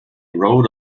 rode